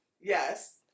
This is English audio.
Yes